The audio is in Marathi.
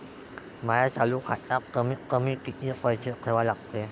माया चालू खात्यात कमीत कमी किती पैसे ठेवा लागते?